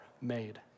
made